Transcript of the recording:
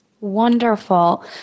Wonderful